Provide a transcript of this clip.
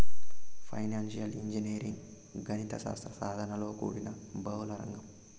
financial engineering గణిత శాస్త్ర సాధనలతో కూడిన బహుళ రంగం